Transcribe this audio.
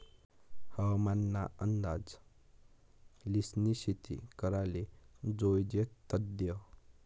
हवामान ना अंदाज ल्हिसनी शेती कराले जोयजे तदय